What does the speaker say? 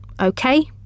okay